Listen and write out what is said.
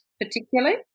particularly